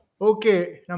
Okay